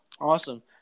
Awesome